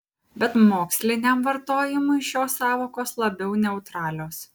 bet moksliniam vartojimui šios sąvokos labiau neutralios